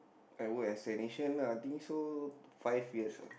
I work as technician I think so five years lah